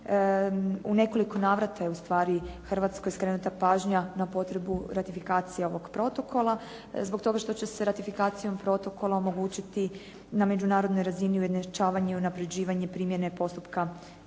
u nekoliko navrata je ustvari Hrvatskoj skrenuta pažnja na potrebu ratifikacije ovog protokola zbog toga što će se ratifikacijom protokola omogućiti na međunarodnoj razini ujednačavanje i unapređivanje primjene postupka strateške